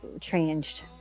changed